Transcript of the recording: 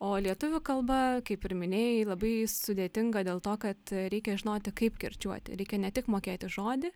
o lietuvių kalba kaip ir minėjai labai sudėtinga dėl to kad reikia žinoti kaip kirčiuoti reikia ne tik mokėti žodį